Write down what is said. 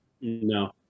no